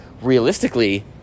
realistically